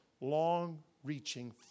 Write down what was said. long-reaching